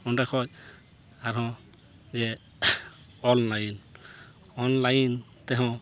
ᱚᱸᱰᱮ ᱠᱷᱚᱡ ᱟᱨᱦᱚᱸ ᱡᱮ ᱚᱱᱞᱟᱭᱤᱱ ᱚᱱᱞᱟᱭᱤᱱ ᱛᱮᱦᱚᱸ